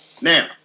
Now